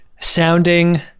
sounding